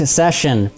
session